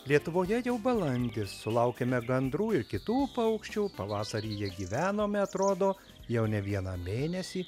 lietuvoje jau balandį sulaukėme gandrų ir kitų paukščių pavasarį jie gyvenome atrodo jau ne vieną mėnesį